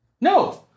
No